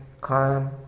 calm